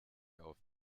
auf